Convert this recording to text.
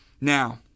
Now